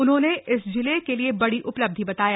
उन्होंने इसे जिले के लिए बड़ी उपलब्धि बताई